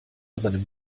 seinem